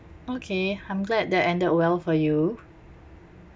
okay I'm glad that ended well for you